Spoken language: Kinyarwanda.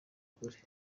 kure